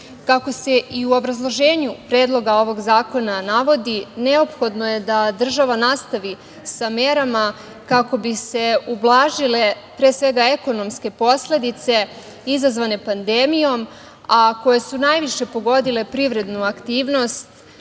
se i u obrazloženju predloga ovog zakona navodi, neophodno je da država nastavi sa merama kako bi se ublažile, pre svega ekonomske posledice izazvane pandemijom, a koje su najviše pogodile privrednu aktivnost